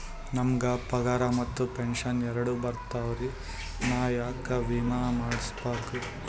ನಮ್ ಗ ಪಗಾರ ಮತ್ತ ಪೆಂಶನ್ ಎರಡೂ ಬರ್ತಾವರಿ, ನಾ ಯಾಕ ವಿಮಾ ಮಾಡಸ್ಬೇಕ?